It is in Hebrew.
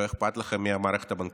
לא אכפת לכם מהמערכת הבנקאית,